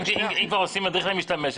אם כבר עושים מדריך למשתמש,